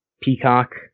Peacock